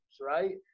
right